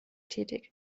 tätig